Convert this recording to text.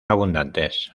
abundantes